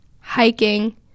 hiking